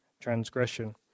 transgression